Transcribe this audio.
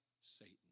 Satan